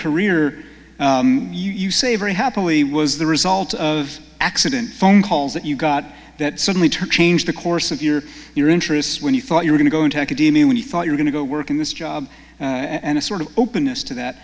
career you say very happily was the result of accident phone calls that you got that suddenly turned changed the course of your your interests when you thought you were going to go into academia when you thought you're going to go work in this job and a sort of openness to that